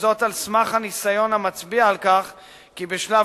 וזאת על סמך הניסיון המצביע על כך כי בשלב